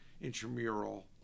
intramural